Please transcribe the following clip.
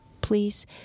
Please